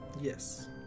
Yes